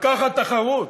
על כך התחרות.